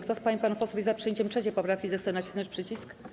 Kto z pań i panów posłów jest za przyjęciem 3. poprawki, zechce nacisnąć przycisk.